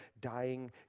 dying